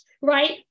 right